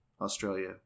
Australia